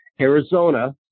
Arizona